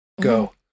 go